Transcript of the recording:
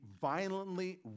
violently